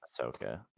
Ahsoka